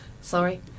Sorry